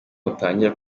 mutangira